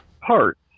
parts